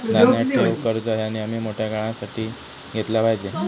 ध्यानात ठेव, कर्ज ह्या नेयमी मोठ्या काळासाठी घेतला पायजे